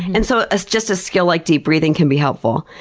and so ah just a skill like deep breathing can be helpful.